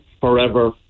forever